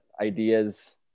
ideas